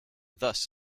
thus